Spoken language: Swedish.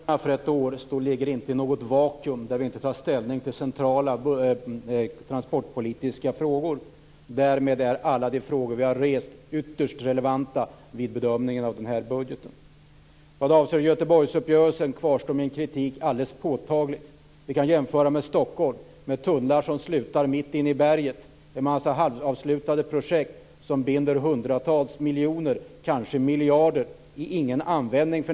Fru talman! Budgetfrågorna för ett år ligger inte i något vakuum, så att vi inte tar ställning till centrala transportpolitiska frågor. Därmed är alla de frågor vi har rest ytterst relevanta vid bedömningen av den här budgeten. Vad avser Göteborgsuppgörelsen kvarstår min kritik alldeles påtagligt. Vi kan jämföra med Stockholm, med tunnlar som slutar mitt inne i berget, med en massa halvt avslutade projekt som för närvarande binder hundratals miljoner, kanske miljarder, som inte kan användas.